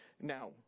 Now